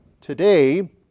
today